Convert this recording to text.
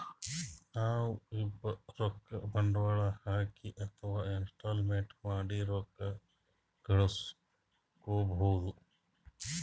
ನಾವ್ಬೀ ರೊಕ್ಕ ಬಂಡ್ವಾಳ್ ಹಾಕಿ ಅಥವಾ ಇನ್ವೆಸ್ಟ್ಮೆಂಟ್ ಮಾಡಿ ರೊಕ್ಕ ಘಳಸ್ಕೊಬಹುದ್